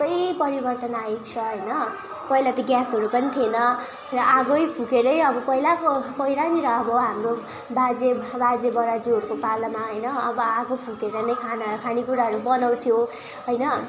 सबै परिवर्तन आएछ होइन पहिला त ग्यासहरू पनि थिएन र आगै फुकेरै अब पहिलाको पहिलानिर अब हाम्रो बाजे बाजेबराजूहरूको पालामा होइन अब आगो फुकेर नै खाना खानेकुराहरू बनाउँथ्यो होइन